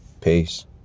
Peace